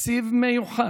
תקציב מיוחד,